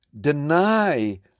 deny